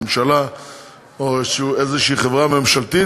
ממשלה או איזושהי חברה ממשלתית,